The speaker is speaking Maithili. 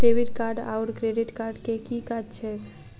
डेबिट कार्ड आओर क्रेडिट कार्ड केँ की काज छैक?